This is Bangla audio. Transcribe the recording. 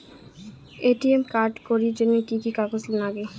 এ.টি.এম কার্ড করির জন্যে কি কি কাগজ নাগে?